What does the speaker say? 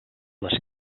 les